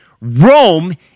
Rome